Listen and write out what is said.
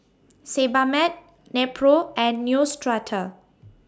Sebamed Nepro and Neostrata